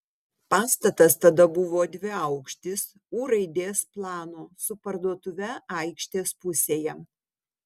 pastatas tada buvo dviaukštis u raidės plano su parduotuve aikštės pusėje